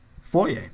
Foyer